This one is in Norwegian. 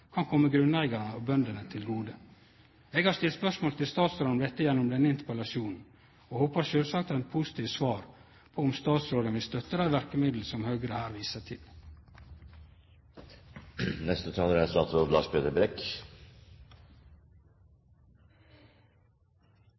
kan kome grunneigarane og bøndene til gode. Eg har stilt spørsmål til statsråden om dette gjennom denne interpellasjonen og håpar sjølvsagt på eit positivt svar på om statsråden vil støtte dei verkemiddel som Høgre her viser